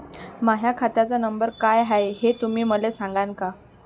माह्या खात्याचा नंबर काय हाय हे तुम्ही मले सागांन का?